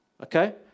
okay